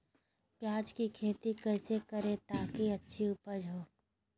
प्याज की खेती कैसे करें ताकि अच्छी उपज हो?